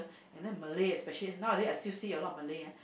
and then Malay especially nowadays I still see a lot of Malay ah